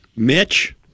mitch